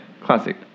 Classic